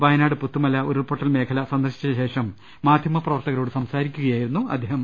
വയ നാട് പുത്തുമല ഉരുൾപ്പൊട്ടൽ മേഖല സന്ദർശിച്ച ശേഷം മാധ്യമപ്ര വർത്തകരോട്ട് സംസാരിക്കുകയായിരുന്നു അദ്ദേഹം